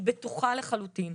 היא בטוחה לחלוטין.